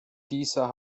dieser